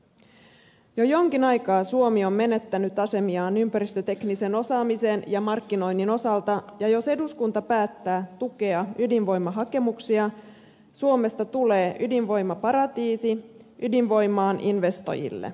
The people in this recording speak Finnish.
jo jonkin aikaa suomi on menettänyt asemiaan ympäristöteknisen osaamisen ja markkinoinnin osalta ja jos eduskunta päättää tukea ydinvoimahakemuksia suomesta tulee ydinvoimaparatiisi ydinvoimaan investoiville